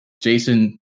Jason